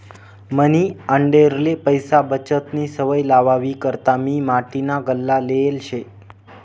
मनी आंडेरले पैसा बचतनी सवय लावावी करता मी माटीना गल्ला लेयेल शे